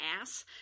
ass